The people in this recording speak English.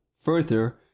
further